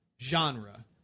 genre